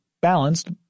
balanced